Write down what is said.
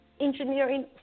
engineering